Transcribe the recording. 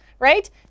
Right